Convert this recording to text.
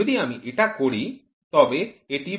যদি আমি এটি করি তবে এটি পরিমাপের পরোক্ষ উপায়